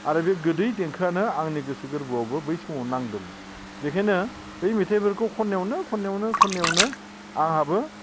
आरो बे गोदै देंखोआनो आंनो गोसो गोरबोआवबो बै समाव नांदोमोन बेखायनो बै मेथाइफोरखौ खननायावनो खननायावनो आंहाबो